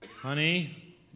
honey